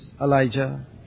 Elijah